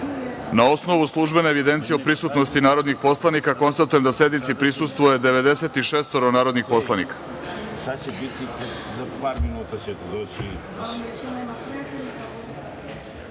osnovu službene evidencije o prisutnosti narodnih poslanika, konstatujem da sednici prisustvuje 96 narodnih poslanika. Podsećam